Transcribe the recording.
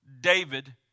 David